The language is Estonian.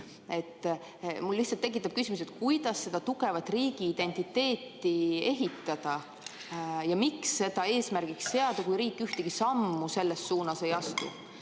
Mul lihtsalt on küsimus, kuidas seda tugevat riigiidentiteeti ehitada ja miks seda eesmärgiks seada, kui riik ühtegi sammu selles suunas ei astu.